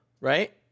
right